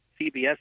CBS